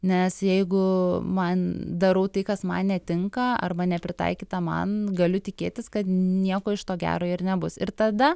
nes jeigu man darau tai kas man netinka arba nepritaikyta man galiu tikėtis kad nieko iš to gero ir nebus ir tada